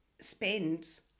spends